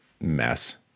mess